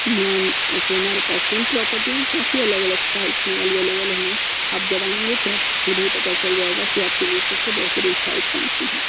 ma'am ऐसे हमारे पास तीन प्रॉपर्टी है काफ़ी अलग अलग साइज में एवेलेबल है मैम आप जब आएंगे तो आप को ख़ुद ही पता चल जाएगा कि आप के लिए सब से बहतरीन साईज कौन सी है